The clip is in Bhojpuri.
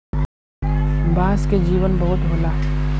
बांस के जीवन बहुत होला